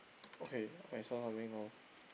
okay I saw something now